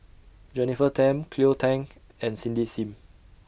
Jennifer Tham Cleo Thang and Cindy SIM